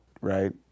Right